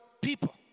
people